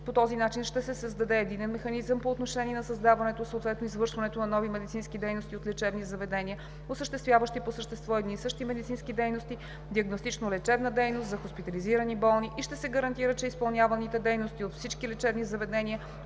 По този начин ще се създаде единен механизъм по отношение на създаването, съответно извършването на нови медицински дейности от лечебни заведения, осъществяващи по същество едни и същи медицински дейности – диагностично-лечебна дейност за хоспитализирани болни, и ще се гарантира, че изпълняваните дейности от всички лечебни заведения,